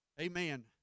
Amen